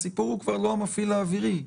הסיפור הוא כבר לא המפעיל האווירי.